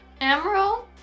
Emerald